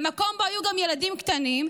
במקום שבו היו גם ילדים קטנים,